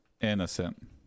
innocent